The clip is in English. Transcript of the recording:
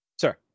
sir